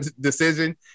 decision